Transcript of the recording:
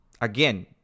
again